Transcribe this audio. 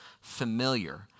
familiar